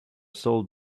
sold